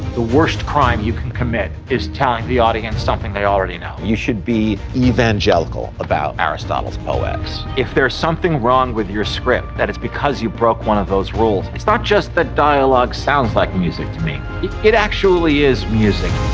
the worst crime you can commit is telling the audience something they already know, you should be evangelical about aristotle's poetics. if there is something wrong with your script, that is because you broke one of those rules. it's not just that dialogue sounds like music to me. it it actually is music.